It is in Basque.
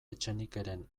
etxenikeren